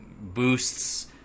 boosts